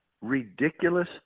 ridiculous